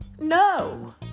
No